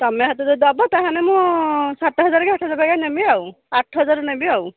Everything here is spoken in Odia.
ତମେ ହାତରୁ ଯଦି ଦେବ ତାହାଲେ ମୁଁ ସାତ ହଜାର କି ଆଠ ହଜାର ଟଙ୍କା ନେବିଁ ଆଉ ଆଠ ହଜାର ନେବିଁ ଆଉ